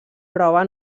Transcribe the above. prova